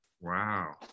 Wow